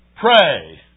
Pray